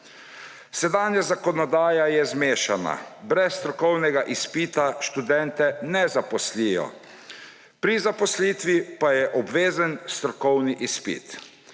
Sedanja zakonodaja je zmešana; brez strokovnega izpita študente ne zaposlijo, pri zaposlitvi pa je obvezen strokovni izpit.